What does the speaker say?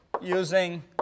using